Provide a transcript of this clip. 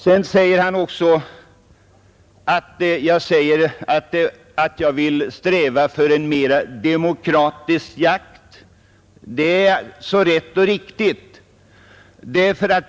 Herr Mossberger framhåller också att jag säger att jag vill sträva för en mera demokratisk jakt. Det är så rätt och riktigt.